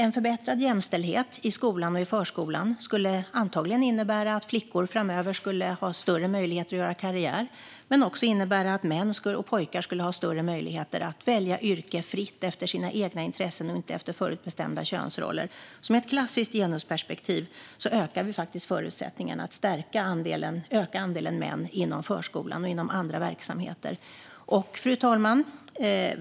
En förbättrad jämställdhet i skolan och förskolan skulle antagligen innebära att flickor framöver skulle ha större möjligheter att göra karriär. Men det skulle också innebära att män och pojkar skulle ha större möjligheter att fritt välja yrke efter sina egna intressen och inte efter förutbestämda könsroller. Med ett klassiskt genusperspektiv ökar vi alltså förutsättningarna att öka andelen män inom förskolan och andra verksamheter. Fru talman!